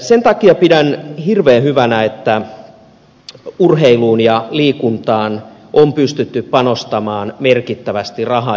sen takia pidän hirveän hyvänä että urheiluun ja liikuntaan on pystytty panostamaan merkittävästi rahaa